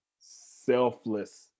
selfless